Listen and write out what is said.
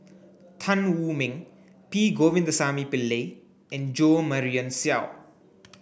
Tan Wu Meng P Govindasamy Pillai and Jo Marion Seow